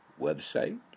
website